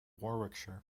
warwickshire